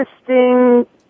interesting